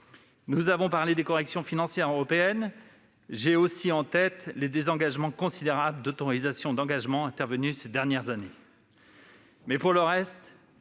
Nous avons parlé des corrections financières européennes, j'ai aussi en tête les désengagements considérables d'autorisations d'engagement intervenues ces dernières années. Pour le reste,